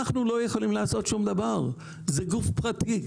אנחנו לא יכולים לעשות שום דבר, זה גוף פרטי.